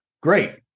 great